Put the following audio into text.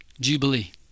Jubilee